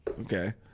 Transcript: okay